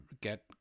get